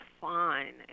fine